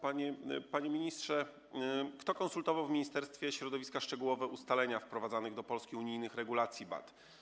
Panie ministrze, kto konsultował w Ministerstwie Środowiska szczegółowe ustalenia wprowadzanych do Polski unijnych regulacji BAT?